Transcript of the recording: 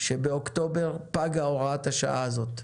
שבאוקטובר פגה הוראת השעה הזאת.